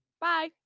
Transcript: Bye